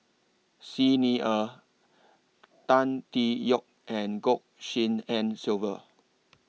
Xi Ni Er Tan Tee Yoke and Goh Tshin En Sylvia